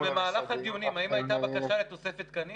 אז במהלך הדיונים, האם היתה בקשה לתוספת תקנים?